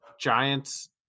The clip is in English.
Giants